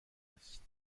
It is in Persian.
است